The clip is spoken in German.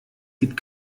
gibt